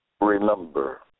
remember